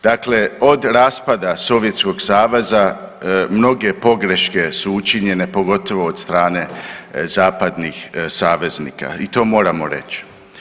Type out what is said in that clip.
Dakle od raspada Sovjetskog saveza mnoge pogreške su učinjene, pogotovo od strane zapadnih saveznika i to moramo reći.